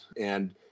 And-